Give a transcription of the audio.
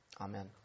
Amen